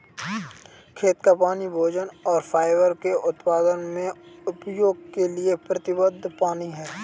खेत का पानी भोजन और फाइबर के उत्पादन में उपयोग के लिए प्रतिबद्ध पानी है